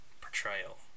portrayal